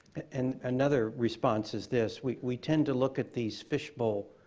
and another response is this. we we tend to look at these fishbowl